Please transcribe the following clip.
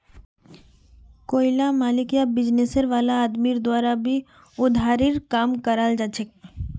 कोईला मालिक या बिजनेस वाला आदमीर द्वारा भी उधारीर काम कराल जाछेक